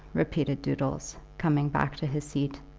repeated doodles, coming back to his seat.